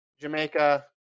Jamaica